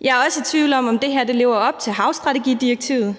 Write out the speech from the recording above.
Jeg er også i tvivl om, om det her lever op til havstrategidirektivet.